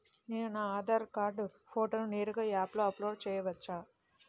నేను నా ఆధార్ కార్డ్ ఫోటోను నేరుగా యాప్లో అప్లోడ్ చేయవచ్చా?